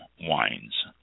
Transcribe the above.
wines